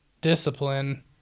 discipline